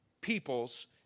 peoples